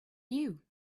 you